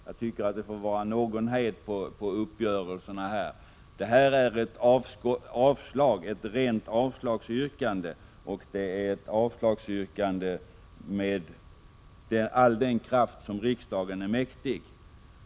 Jag tycker det får vara någon hejd på talet om uppgörelse. Detta är ett rent avslagsyrkande, och ett avslagsyrkande med all den kraft som riksdagen är mäktig.